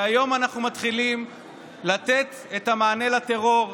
והיום אנחנו מתחילים לתת את המענה לטרור,